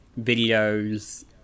videos